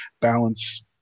balance